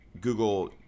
Google